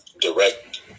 direct